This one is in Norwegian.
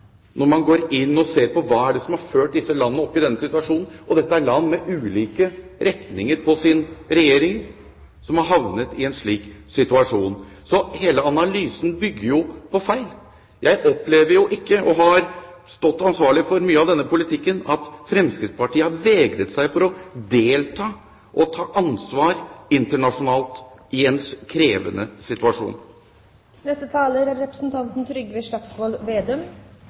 når man går inn og ser på hva det er som har ført disse landene opp i denne situasjonen. Det er land med ulike retninger på sine regjeringer som har havnet i en slik situasjon. Så hele analysen bygger jo på feil. Jeg opplever ikke – og jeg har stått ansvarlig for mye av denne politikken – at Fremskrittspartiet har vegret seg for å delta og ta ansvar internasjonalt i en krevende situasjon. Representanten Trygve Slagsvold Vedum